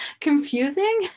confusing